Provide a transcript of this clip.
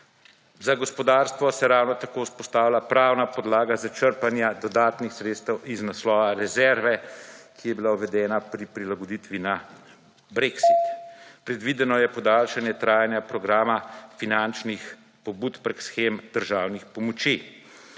Za gospodarstvo se ravno tako vzpostavlja pravna podlaga za črpanja dodatnih sredstev iz naslova rezerve, ki je bila uvedena pri prilagoditvi na Brexit. / znak za konec razprave/ Predvideno je podaljšanje trajanja programa finančnih pobud preko shem državnih pomoči.